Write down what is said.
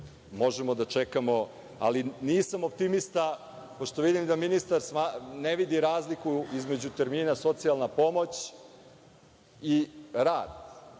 možemo da čekamo, ali nisam optimista, pošto vidim da ministar ne vidi razliku između termina socijalna pomoć i rad.